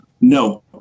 No